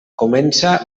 comença